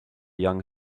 young